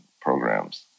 programs